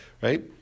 right